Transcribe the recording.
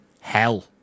Hell